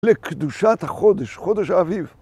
לקדושת החודש, חודש האביב.